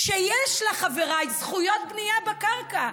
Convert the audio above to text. שיש לה, חבריי, זכויות בנייה בקרקע.